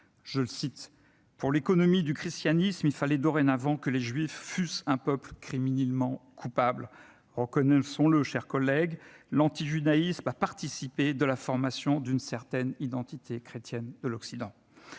Je le cite, « pour l'économie du christianisme, il fallait dorénavant que les juifs fussent un peuple criminellement coupable ». Reconnaissons-le, chers collègues, l'antijudaïsme a participé de la formation d'une certaine identité chrétienne de l'Occident.